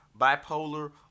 bipolar